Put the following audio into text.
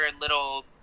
little